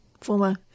former